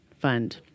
Fund